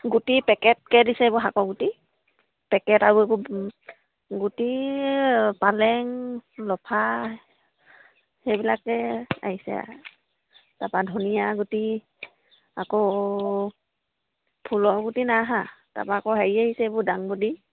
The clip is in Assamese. গুটি পেকেটকৈ দিছে এইবোৰ শাকৰ গুটি পেকেট আৰু এইবোৰ গুটি পালেং লফা সেইবিলাকে আহিছে তাৰপৰা ধনীয়া গুটি আকৌ ফুলৰ গুটি নাই অহা তাৰপা আকৌ হেৰি আহিছে এইবোৰ ডাংবডি